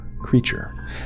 creature